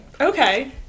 okay